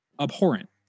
abhorrent